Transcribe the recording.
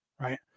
right